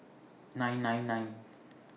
nine nine nine